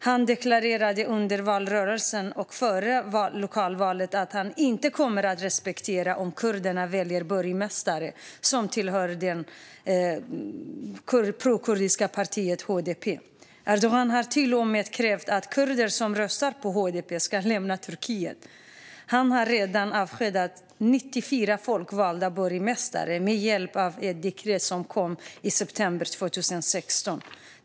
Han deklarerade under valrörelsen och före lokalvalen att han inte kommer att respektera om kurderna väljer borgmästare som tillhör det prokurdiska partiet HDP. Erdogan har till och med krävt att kurder som röstar på HDP ska lämna Turkiet. Han har redan avskedat 94 folkvalda borgmästare med stöd av ett dekret som kom i september 2016.